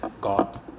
god